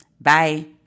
Bye